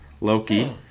Loki